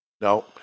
No